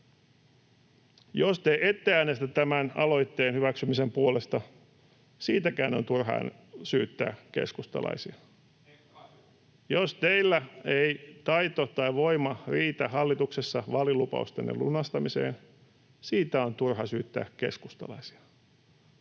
Jos te ette äänestä tämän aloitteen hyväksymisen puolesta, siitäkin on turha syyttää keskustalaisia. [Miko Bergbom: Ei kukaan syytä!] Jos teillä ei taito tai voima riitä hallituksessa vaalilupaustenne lunastamiseen, siitä on turha syyttää keskustalaisia.